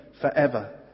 forever